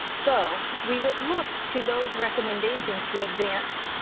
so, we would look to those recommendations to advance.